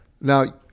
Now